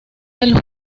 del